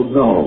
no